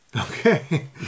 Okay